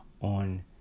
on